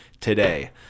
today